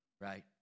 Right